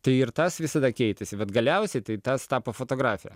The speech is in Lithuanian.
tai ir tas visada keitėsi vat galiausiai tai tas tapo fotografija